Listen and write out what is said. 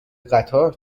قطار